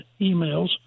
emails